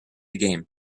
game